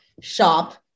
shop